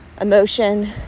emotion